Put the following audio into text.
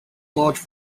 large